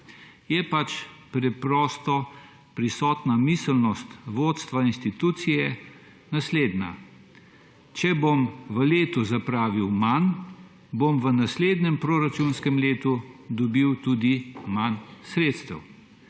je preprosto prisotna miselnost vodstva institucije, da če bom v letu zapravil manj, bom v naslednjem proračunskem letu dobil tudi manj sredstev.